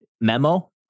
memo